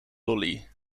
lolly